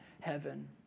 heaven